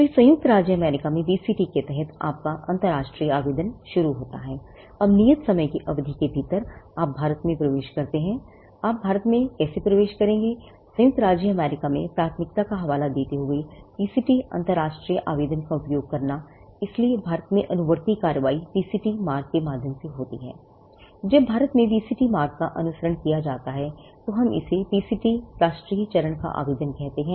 तो संयुक्त राज्य अमेरिका में पीसीटी राष्ट्रीय चरण का आवेदन कहते हैं